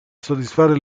soddisfare